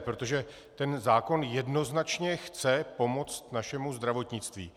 Protože tento zákon jednoznačně chce pomoct našemu zdravotnictví.